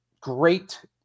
great